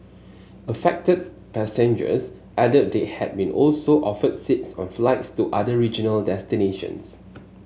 affected passengers added they had also been offered seats on flights to other regional destinations